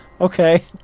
Okay